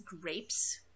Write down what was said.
Grapes